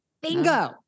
Bingo